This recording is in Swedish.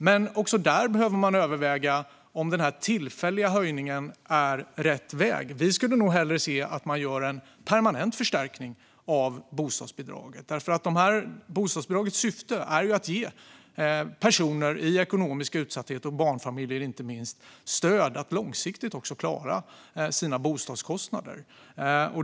Men också där behöver man överväga om denna tillfälliga höjning är rätt väg. Vi skulle nog hellre se att man gjorde en permanent förstärkning av bostadsbidraget. Bostadsbidragets syfte är ju att ge personer i ekonomisk utsatthet, inte minst barnfamiljer, stöd att långsiktigt klara sina bostadskostnader.